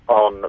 on